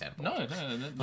no